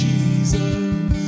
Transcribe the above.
Jesus